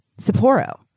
Sapporo